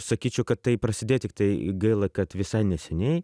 sakyčiau kad tai prasidėjo tiktai gaila kad visai neseniai